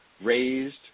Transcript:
raised